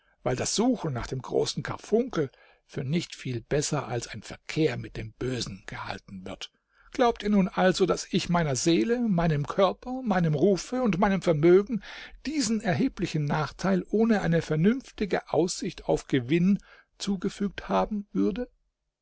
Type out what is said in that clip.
weil das suchen nach dem großen karfunkel für nicht viel besser als ein verkehr mit dem bösen gehalten wird glaubt ihr nun also daß ich meiner seele meinem körper meinem rufe und meinem vermögen diesen erheblichen nachteil ohne eine vernünftige aussicht auf gewinn zugefügt haben würde